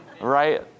Right